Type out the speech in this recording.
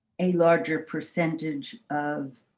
a larger percentage of.